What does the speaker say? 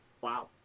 Wow